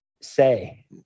say